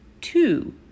Two